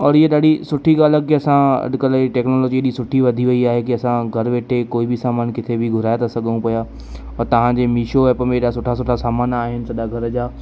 और ईअं ॾाढी सुठी ॻाल्हि आहे कि असां अॼु कल्ह जी टैक्नोलॉजी अहिड़ी सुठी वधी वए आहे कि असां घर वेठे कोई बि सामान किथे बि घुराए था सघऊं पिया और तव्हां जे मिशो ऐप में अहिड़ा सुठा सुठा सामान आहिनि सॼा घर जा